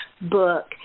book